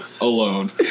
alone